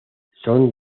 son